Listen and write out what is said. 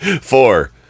four